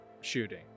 shooting